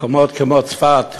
מקומות כמו צפת,